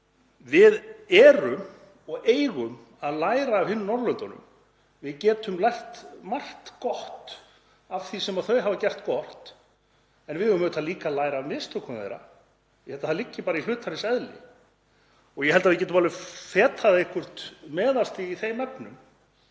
Við erum og eigum að læra af hinum Norðurlöndunum. Við getum lært margt gott af því sem þau hafa gert gott en við eigum auðvitað líka að læra af mistökum þeirra. Ég held að það liggi bara í hlutarins eðli og ég held að við getum alveg fetað einhvern meðalveg í þeim efnum